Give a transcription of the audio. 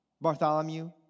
Bartholomew